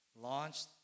launched